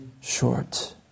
short